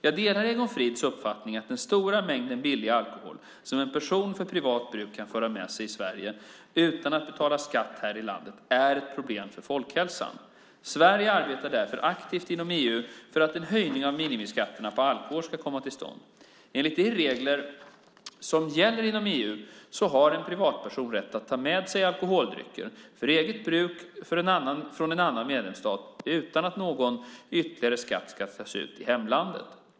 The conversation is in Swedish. Jag delar Egon Frids uppfattning att den stora mängd billig alkohol som en person för privat bruk kan föra med sig till Sverige utan att betala skatt här i landet är ett problem för folkhälsan. Sverige arbetar därför aktivt inom EU för att en höjning av minimiskatterna på alkohol ska komma till stånd. Enligt de regler som gäller inom EU har en privatperson rätt att ta med sig alkoholdrycker, för eget bruk, från en annan medlemsstat utan att någon ytterligare skatt ska tas ut i hemlandet.